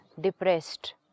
depressed